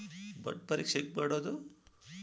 ಮಣ್ಣು ಪರೇಕ್ಷೆ ಹೆಂಗ್ ಮಾಡೋದು?